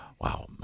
Wow